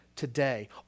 Today